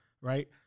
right